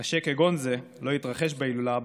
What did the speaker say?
קשה כגון זה לא יתרחש בהילולה הבאה.